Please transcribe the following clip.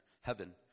heaven